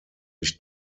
nicht